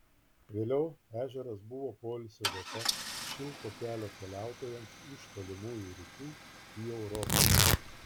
vėliau ežeras buvo poilsio vieta šilko kelio keliautojams iš tolimųjų rytų į europą